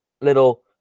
little